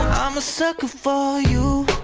um a sucker for you,